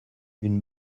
une